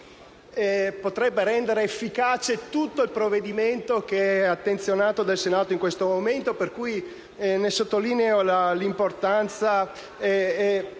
potrebbe rendere efficace tutto il provvedimento che è attenzionato dal Senato in questo momento, per cui ne sottolineo l'importanza.